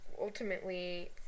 ultimately